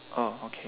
oh okay